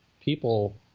people